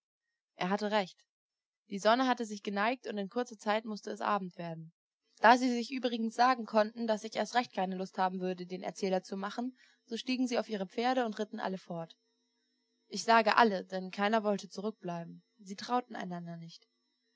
er hatte recht die sonne hatte sich geneigt und in kurzer zeit mußte es abend werden da sie sich übrigens sagen konnten daß ich erst recht keine lust haben würde den erzähler zu machen so stiegen sie auf ihre pferde und ritten alle fort ich sage alle denn keiner wollte zurückbleiben sie trauten einander nicht